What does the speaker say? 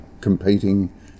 competing